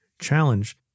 challenge